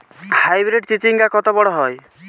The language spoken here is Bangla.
হাইব্রিড চিচিংঙ্গা কত বড় হয়?